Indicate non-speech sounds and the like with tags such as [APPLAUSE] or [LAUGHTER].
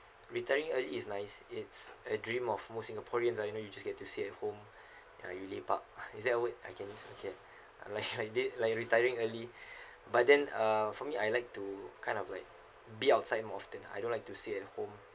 retiring early is nice it's a dream of most singaporeans like you know you just get to sit at home [BREATH] ya you lepak [NOISE] is there a word I can this okay like [NOISE] I did like retiring early [BREATH] but then uh for me I like to to kind of like be outside more often ah I don't like to sit at home